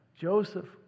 Joseph